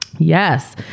Yes